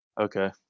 Okay